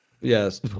Yes